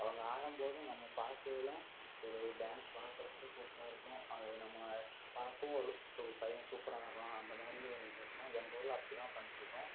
அவங்க ஆடும்போதும் நம்ம பார்க்கையிலும் சரி டான்ஸ் பார்க்கறதுக்கும் சூப்பராக இருக்கும் அது நம்ம பார்ப்போம் ஒரு ஒரு பையன் சூப்பராக ஆடுறான் அந்தமாதிரி ஒரு இது இருக்கும் எங்கள் ஊரில் அப்படிதான் பண்ணிட்டு இருக்கோம்